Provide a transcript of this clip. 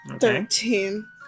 Thirteen